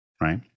right